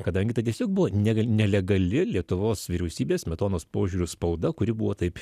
kadangi tai tiesiog buvo ne nelegali lietuvos vyriausybės smetonos požiūriu spauda kuri buvo taip